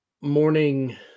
morning